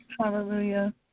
hallelujah